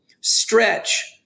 stretch